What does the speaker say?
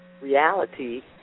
Reality